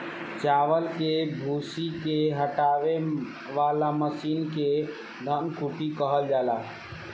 चावल के भूसी के हटावे वाला मशीन के धन कुटी कहल जाला